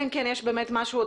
אלא אם כן יש באמת משהו,